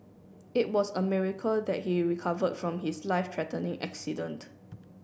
it was a miracle that he recovered from his life threatening accident